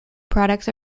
products